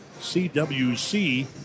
CWC